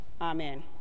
Amen